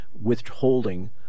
withholding